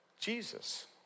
Jesus